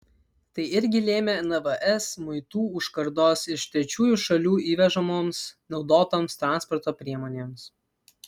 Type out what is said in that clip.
tai irgi lėmė nvs muitų užkardos iš trečiųjų šalių įvežamoms naudotoms transporto priemonėms